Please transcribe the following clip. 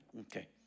Okay